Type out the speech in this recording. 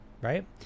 Right